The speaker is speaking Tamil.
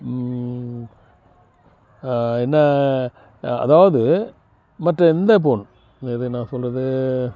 என்ன அதாவது மற்ற இந்த போன் இது என்ன சொல்லுறது